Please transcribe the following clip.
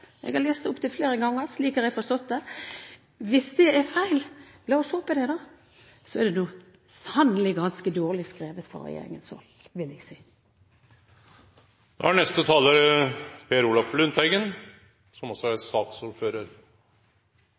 Jeg har lest det opptil flere ganger. Slik har jeg forstått det. Hvis det er feil – la oss håpe det – vil jeg si at det sannelig er ganske dårlig skrevet fra